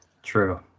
True